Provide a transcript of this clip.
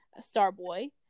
Starboy